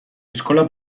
eskola